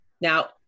Now